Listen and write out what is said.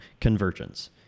convergence